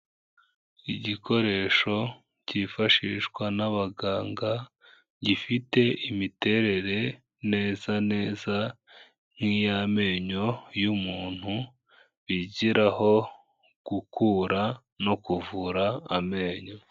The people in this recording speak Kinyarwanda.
Igikoresho cyifashishwa n'abaganga, gifite imiterere neza neza nk'iy'amenyo y'umuntu, bigiraho gukura no kuvura amenyo.